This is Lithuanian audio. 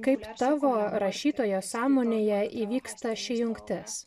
kaip tavo rašytojo sąmonėje įvyksta ši jungtis